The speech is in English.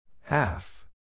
Half